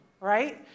right